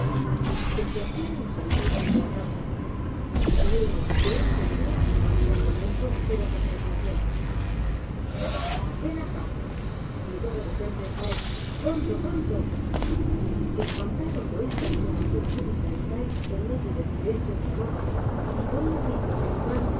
á los habitantes de la casa lleno de esta idea avanzó al momento pero con precaucion ven acá gritó de repente sikes pronto pronto espantado por esta esclamacion súbita de sikes en medio del silencio de la noche y por un grito penetrante